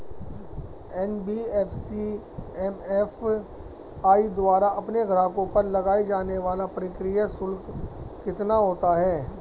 NBFC MFI द्वारा अपने ग्राहकों पर लगाए जाने वाला प्रक्रिया शुल्क कितना होता है?